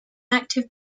active